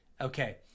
Okay